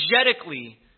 energetically